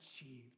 achieved